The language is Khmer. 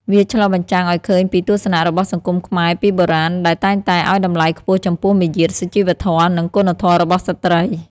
វាឆ្លុះបញ្ចាំងឱ្យឃើញពីទស្សនៈរបស់សង្គមខ្មែរពីបុរាណ ដែលតែងតែឱ្យតម្លៃខ្ពស់ចំពោះមារយាទ សុជីវធម៌ និងគុណធម៌របស់ស្ត្រី។